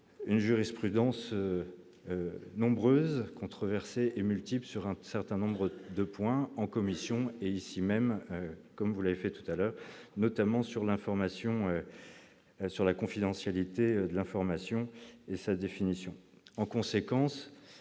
une jurisprudence nombreuses controversé et multiple sur un certain nombre de points en commission et ici même, comme vous l'avez fait tout à l'heure, notamment sur l'information elle sur la confidentialité de l'information et sa définition